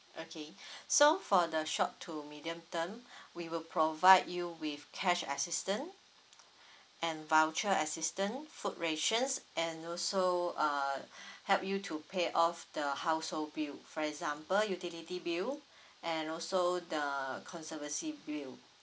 okay so for the short to medium term we will provide you with cash assistance and voucher assistance food rations and also uh help you to pay off the household bill for example utility bill and also the conservancy bill